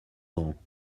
grands